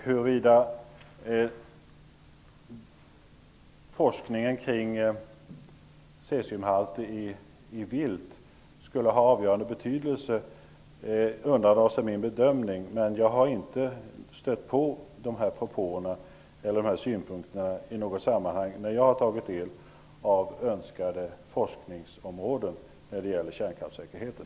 Huruvida forskningen kring cesiumhalten i vilt skulle ha avgörande betydelse undandrar sig min bedömning, men jag har inte stött på de här synpunkterna i något sammanhang när jag har tagit del av önskemål kring forskningsområden rörande kärnkraftssäkerheten.